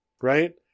Right